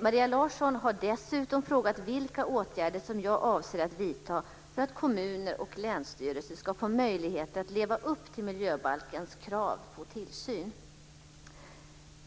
Maria Larsson har dessutom frågat vilka åtgärder som jag avser att vidta för att kommuner och länsstyrelser ska få möjligheter att leva upp till miljöbalkens krav på tillsyn.